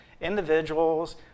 individuals